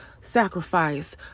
sacrifice